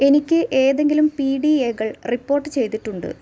എനിക്ക് ഏതെങ്കിലും P D A കൾ റിപ്പോർട്ട് ചെയ്തിട്ടുണ്ട്